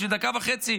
יש לי דקה וחצי,